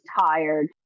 tired